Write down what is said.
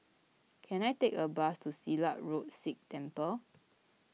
can I take a bus to Silat Road Sikh Temple